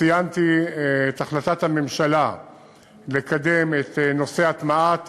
ציינתי את החלטת הממשלה לקדם את נושא הטמעת